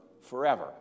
forever